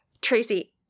tracy